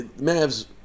Mav's